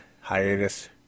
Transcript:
hiatus